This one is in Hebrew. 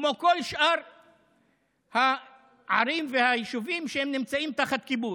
כמו כל שאר הערים והיישובים שנמצאים תחת כיבוש.